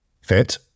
fit